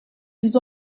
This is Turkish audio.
yüz